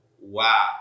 wow